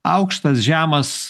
aukštas žemas